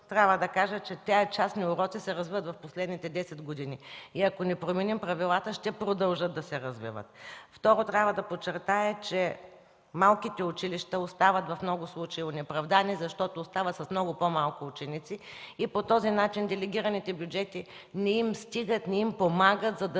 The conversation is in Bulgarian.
трябва да кажа, че частни уроци се развиват през последните десет години и ако не променим правилата, ще продължат да се развиват. Второ, трябва да подчертая, че малките училища в много случаи остават онеправдани, защото остават с много по-малко ученици. По този начин делегираните бюджети не стигат, не им помагат, за да